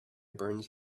burned